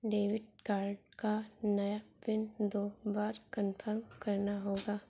debit card का नया PIN दो बार कन्फर्म करना होगा